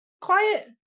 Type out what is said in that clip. quiet